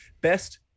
best